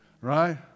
right